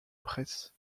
presse